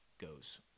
goes